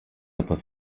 aber